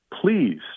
Please